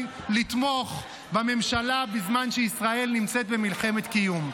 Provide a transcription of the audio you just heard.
לתמוך בממשלה בזמן שישראל נמצאת במלחמת קיום.